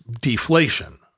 deflation